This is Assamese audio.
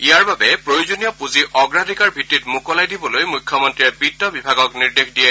ইয়াৰ বাবে প্ৰয়োজনীয় পূঁজি অগ্ৰাধিকাৰ ভিত্তিত মোকলাই দিবলৈ মুখ্যমন্ত্ৰীয়ে বিত্তবিভাগক নিৰ্দেশ দিয়ে